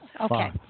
Okay